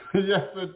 Yes